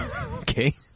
Okay